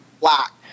black